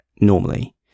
normally